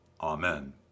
Amen